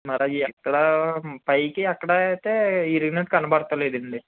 మరి అవి ఎక్కడ పైకి ఎక్కడ అయితే ఇరిగినట్టు కనపడతలేదండి